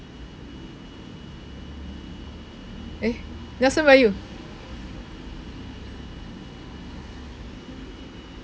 eh nelson where are you